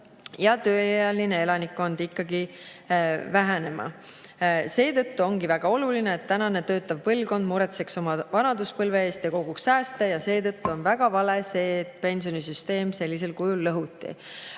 ja tööealine elanikkond ikkagi vähenema. Seetõttu ongi väga oluline, et tänane töötav põlvkond muretseks oma vanaduspõlve eest ja koguks sääste. Seega on väga vale, et pensionisüsteem sellisel kujul lõhuti.